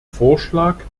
vorschlag